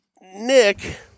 Nick